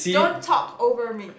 don't talk over me